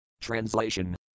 Translation